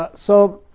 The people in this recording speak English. ah so